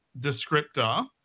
descriptor